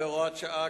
כהוראת שעה,